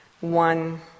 One